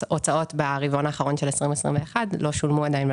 ההוצאות ברבעון האחרון של 2021 לא שולמו עדיין,